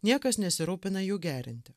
niekas nesirūpina jų gerinti